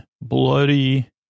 Bloody